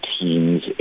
team's